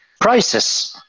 prices